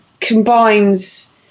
combines